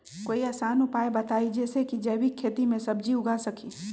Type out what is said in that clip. कोई आसान उपाय बताइ जे से जैविक खेती में सब्जी उगा सकीं?